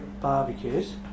barbecues